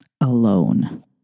alone